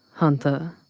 hunter.